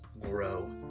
grow